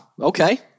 okay